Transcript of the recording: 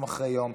יום אחרי יום,